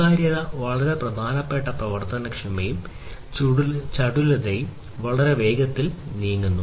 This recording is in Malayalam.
സുതാര്യത വളരെ പ്രധാനപ്പെട്ട പ്രവർത്തനക്ഷമതയും ചടുലതയും വളരെ വേഗത്തിൽ നീങ്ങുന്നു